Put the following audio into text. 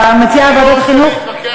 אתה מציע ועדת החינוך?